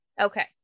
Okay